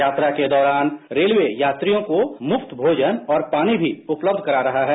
यात्रा के दौरान रेलवे यात्रियों को मुफ्त भोजन और पानी भी उपलब्ध करा रहा है